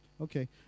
Okay